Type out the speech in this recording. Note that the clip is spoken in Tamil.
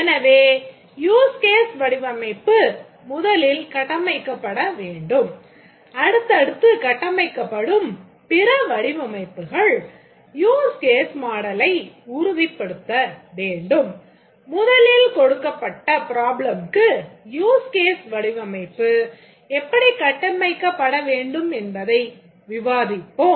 எனவே யூஸ் கேஸ்க்கு use case வடிவமைப்பு எப்படி கட்டமைக்கப்பட வேண்டும் என்பதை விவாதிப்போம்